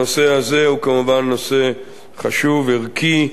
הנושא הזה הוא כמובן נושא חשוב, ערכי,